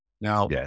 Now